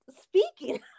speaking